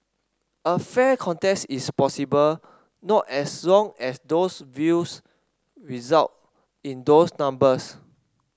a fair contest is impossible not as long as those views result in those numbers